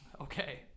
Okay